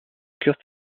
kurt